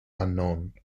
unknown